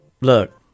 look